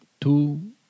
two